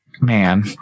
man